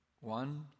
One